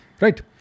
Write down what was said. Right